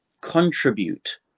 contribute